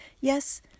Yes